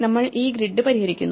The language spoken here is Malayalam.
നമ്മൾ ഈ ഗ്രിഡ് പരിഹരിക്കുന്നു